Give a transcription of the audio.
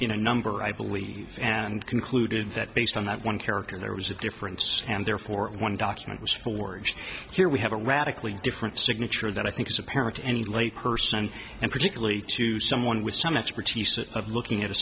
a number i believe and concluded that based on that one character there was a difference and therefore one document was forged here we have a radically different signature that i think is apparent to any lay person and particularly to someone with some expertise of looking at a